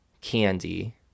Candy